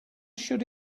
should